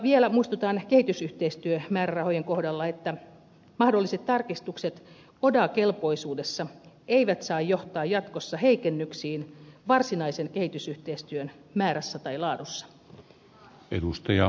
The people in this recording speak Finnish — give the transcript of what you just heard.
vielä muistutan kehitysyhteistyömäärärahojen kohdalla että mahdolliset tarkistukset oda kelpoisuudessa eivät saa johtaa jatkossa heikennyksiin varsinaisen kehitysyhteistyön määrässä tai laadussa